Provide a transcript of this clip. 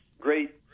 great